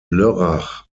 lörrach